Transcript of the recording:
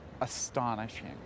astonishing